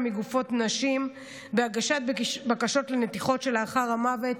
מגופות נשים ובהגשת בקשות לנתיחות שלאחר המוות,